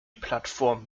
plattform